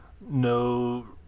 No